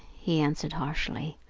he answered harshly.